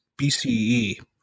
BCE